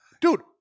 Dude